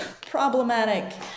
problematic